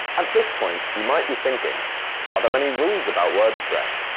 at this point, you might be thinking are there any rules about word stress?